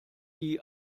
die